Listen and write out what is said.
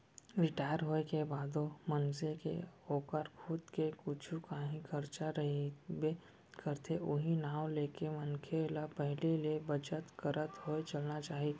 retire होए के बादो मनसे के ओकर खुद के कुछु कांही खरचा रहिबे करथे उहीं नांव लेके मनखे ल पहिली ले बचत करत होय चलना चाही